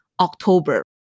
October